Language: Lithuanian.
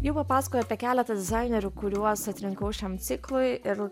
jau papasakojau apie keletą dizainerių kuriuos atrinkau šiam ciklui ir